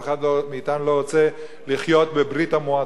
אף אחד מאתנו לא רוצה לחיות בברית-המועצות,